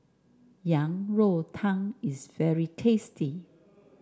Yang Rou Tang is very tasty